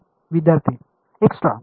विद्यार्थी एक्सट्रा